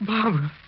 Barbara